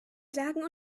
sagen